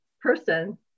person